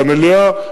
במליאה,